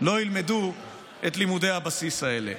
לא ילמדו את לימודי הבסיס האלה.